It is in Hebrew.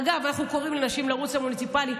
אגב, אנחנו קוראים לנשים לרוץ למוניציפלי.